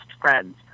friends